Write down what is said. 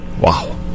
Wow